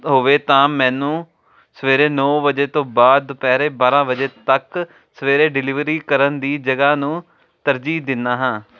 ਹੋਵੇ ਤਾਂ ਮੈਨੂੰ ਸਵੇਰੇ ਨੌਂ ਵਜੇ ਤੋਂ ਬਾਅਦ ਦੁਪਹਿਰੇ ਬਾਰਾਂ ਵਜੇ ਤੱਕ ਸਵੇਰੇ ਡਿਲਿਵਰੀ ਕਰਨ ਦੀ ਜਗ੍ਹਾ ਨੂੰ ਤਰਜੀਹ ਦਿੰਦਾ ਹਾਂ